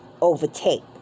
overtake